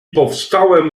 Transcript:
powstałem